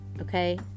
okay